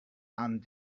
and